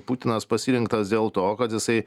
putinas pasirinktas dėl to kad jisai